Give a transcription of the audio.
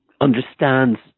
understands